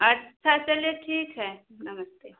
अच्छा चलिए ठीक है नमस्ते